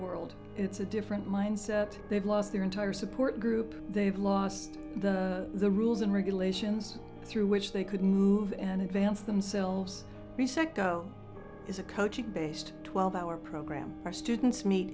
world it's a different mindset they've lost their entire support group they've lost the rules and regulations through which they could move and advance themselves is a coaching based twelve hour program for students meet